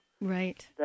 Right